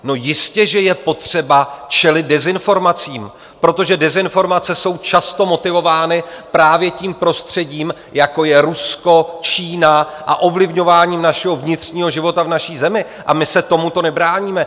No jistě že je potřeba čelit dezinformacím, protože dezinformace jsou často motivovány právě tím prostředím, jako je Rusko, Čína, a ovlivňováním našeho vnitřního života v naší zemi, a my se tomuto nebráníme.